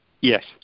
Yes